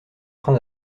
train